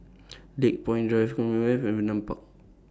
Lakepoint Drive Commonwealth Vernon Park